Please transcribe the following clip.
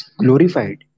glorified